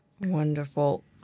Wonderful